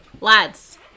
lads